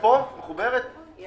לא